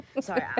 sorry